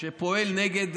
שפועל נגד,